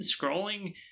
scrolling